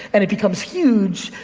and it becomes huge,